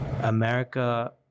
America